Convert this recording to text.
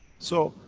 so,